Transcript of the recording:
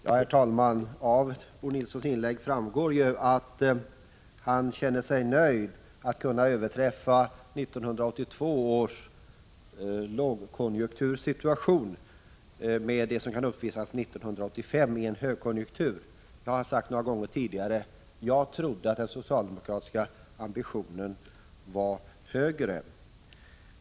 Herr talman! Av Bo Nilssons inlägg framgår att han känner sig nöjd med att kunna överträffa 1982 års lågkonjunktursituation med det som kan uppvisas 1985 i en högkonjunktur. Jag har sagt det flera gånger tidigare: Jag trodde att den socialdemokratiska ambitionen var högre.